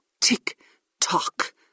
tick-tock